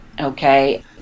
Okay